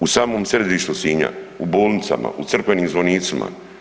U samom središtu Sinja, u bolnicama, u crkvenim zvonicima.